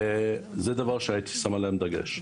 זה דבר שהייתי שם עליו דגש.